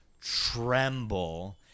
tremble